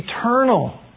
eternal